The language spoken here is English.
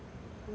no [what]